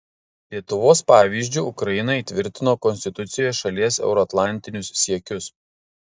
lietuvos pavyzdžiu ukraina įtvirtino konstitucijoje šalies euroatlantinius siekius